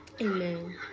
Amen